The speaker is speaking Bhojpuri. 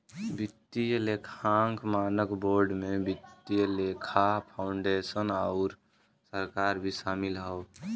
वित्तीय लेखांकन मानक बोर्ड में वित्तीय लेखा फाउंडेशन आउर सरकार भी शामिल हौ